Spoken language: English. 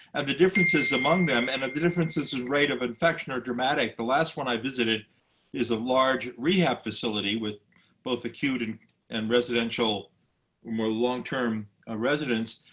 and the differences among them and and the differences in rate of infection are dramatic. the last one i visited is a large rehab facility with both acute and and so more long-term residents.